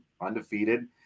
undefeated